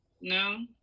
No